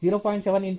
7 x 0